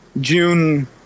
june